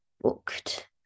booked